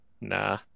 Nah